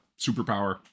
superpower